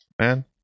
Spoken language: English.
Man